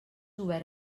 obert